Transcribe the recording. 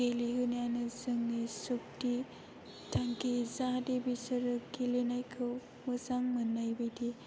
गेलेहोनायानो जोंनि सुखथि थांखि जाहाथे बिसोरो गेलेनायखौ मोजां मोननाय बायदि